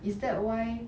is that why